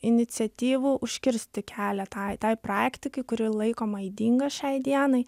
iniciatyvų užkirsti kelią tai tai praktikai kuri laikoma ydinga šiai dienai